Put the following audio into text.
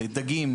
דגים,